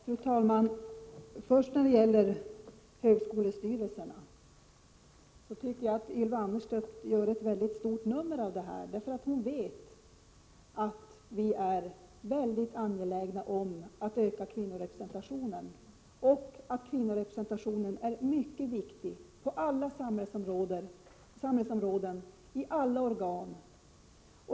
Fru talman! När det gäller högskolestyrelserna tycker jag att Ylva Annerstedt gör ett stort nummer av just de organen. Hon vet att vi är mycket angelägna om att öka kvinnor representationen och att vi anser att kvinnorepresentation är mycket viktig på alla samhällsområden och i alla organ.